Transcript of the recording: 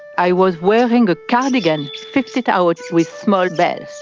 i was wearing a cardigan fitted out with small bells.